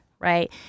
right